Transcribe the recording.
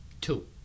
Two